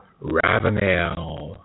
Ravenel